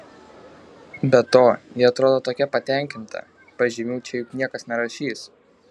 be to ji atrodo tokia patenkinta pažymių čia juk niekas nerašys